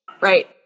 right